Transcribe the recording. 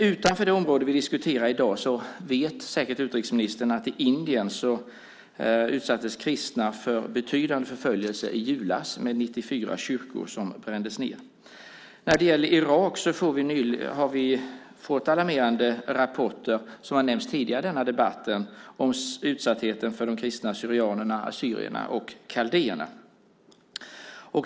Utanför det område vi diskuterar i dag vet säkert utrikesministern att kristna i Indien utsattes för betydande förföljelser i julas. 94 kyrkor brändes ned. När det gäller Irak har vi fått alarmerande rapporter, som har nämnts tidigare i denna debatt, om utsattheten för de kristna syrianerna, assyrierna och kaldéerna.